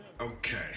Okay